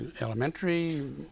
elementary